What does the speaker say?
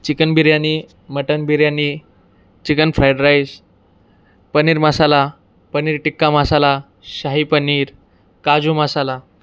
chicken biryani mutton biryani chicken fried rice paneer masala paneer tikka masala shahi paneer kaju masala